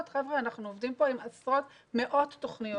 אנחנו עוברים לנושא השני,